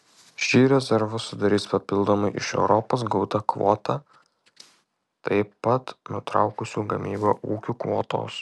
šį rezervą sudarys papildomai iš europos gauta kvota taip pat nutraukusių gamybą ūkių kvotos